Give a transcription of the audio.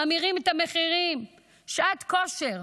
מאמירים את המחירים, שעת כושר.